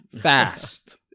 Fast